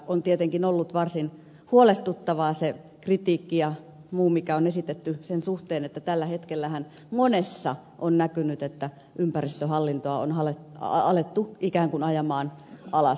on tietenkin ollut varsin huolestuttavaa se kritiikki ja muu mikä on esitetty sen suhteen että tällä hetkellä on monessa näkynyt että ympäristöhallintoa on alettu ikään kuin ajaa alas